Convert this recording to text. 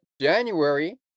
January